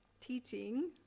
teaching